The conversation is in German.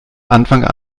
anfang